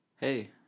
Hey